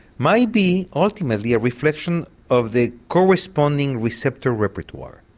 might be ultimately a reflection of the corresponding receptor repertoire.